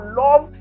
love